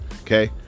Okay